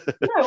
No